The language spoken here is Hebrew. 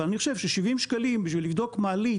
אבל אני חושב ש-70 שקלים בשביל לבדוק מעלית